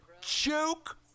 Joke